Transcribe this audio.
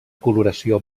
coloració